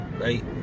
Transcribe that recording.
Right